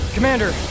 Commander